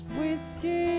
whiskey